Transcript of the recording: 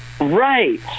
right